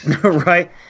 Right